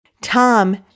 Tom